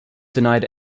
denied